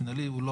אומר